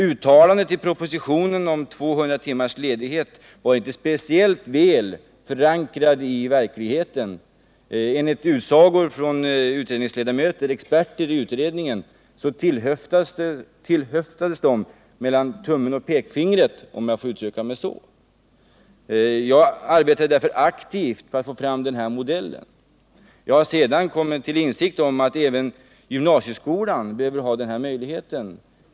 Uttalandet i propositionen om 200 timmars ledighet var inte speciellt väl förankrat i verkligheten. Enligt utsago från experter i utredningen tillhöftades det mellan tummen och pekfingret, om jag får uttrycka mig så. Jag arbetade därför aktivt på att få fram den här modellen. Sedan har jag kommit till insikt om att även gymnasieskolan behöver ha den här möjligheten.